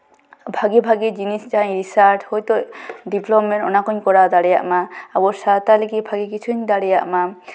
ᱵᱷᱟᱹᱜᱤ ᱵᱷᱟᱹᱜᱤ ᱡᱤᱱᱤᱥ ᱡᱟᱦᱟᱸ ᱨᱤᱥᱟᱨᱪ ᱦᱳᱭᱛᱳ ᱰᱮᱵᱷᱞᱚᱯᱢᱮᱱᱴ ᱚᱱᱟ ᱠᱚᱸᱧ ᱠᱚᱨᱟᱣ ᱫᱟᱲᱮᱭᱟᱜ ᱢᱟ ᱟᱵᱚ ᱥᱟᱶᱛᱟ ᱞᱟᱹᱜᱤᱫ ᱵᱷᱟᱹᱜᱤ ᱠᱤᱪᱷᱩᱧ ᱫᱟᱲᱮᱭᱟᱜ ᱢᱟ